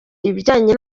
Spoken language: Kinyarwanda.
ibijyanye